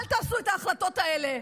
אל תעשו את ההחלטות האלה,